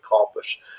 accomplish